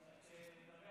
אדוני